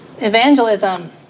Evangelism